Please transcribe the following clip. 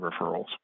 referrals